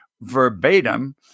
verbatim